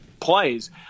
plays